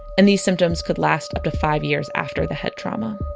and these symptoms could last up to five years after the head trauma